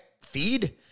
feed